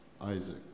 Isaac